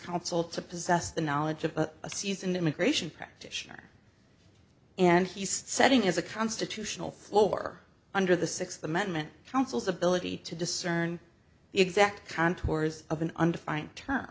counsel to possess the knowledge of a seasoned immigration practitioner and he's setting as a constitutional floor under the sixth amendment counsel's ability to discern the exact contours of an undefined term